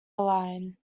line